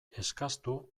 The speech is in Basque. eskastu